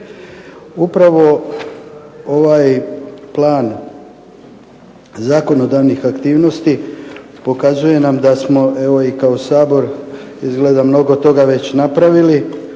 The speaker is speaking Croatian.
Upravo ovaj plan zakonodavnih aktivnosti pokazuje nam da smo kao Sabor izgleda mnogo toga već napravili